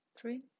Three